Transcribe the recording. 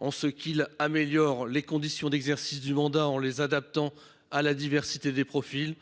locale : il améliore les conditions d’exercice du mandat en les adaptant à la diversité des profils ;